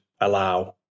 allow